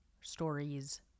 stories